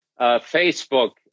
Facebook